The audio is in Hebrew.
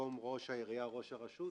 במקום "ראש העירייה" "ראש הרשות"?